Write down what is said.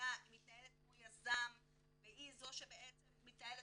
המדינה מתנהלת כמו יזם והיא זו שבעצם מתנהלת